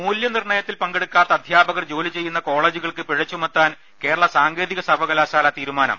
മൂല്യനിർണ്ണയത്തിൽ പങ്കെടുക്കാത്ത അധ്യാപകർ ജോലി ചെയ്യുന്ന കോളേജുകൾക്ക് പിഴ ചുമത്താൻ കേരള സാങ്കേതിക സർവ്വകലാശാല തീരുമാനം